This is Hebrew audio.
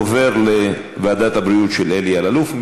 עובר לוועדת הבריאות של אלי אלאלוף.